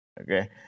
okay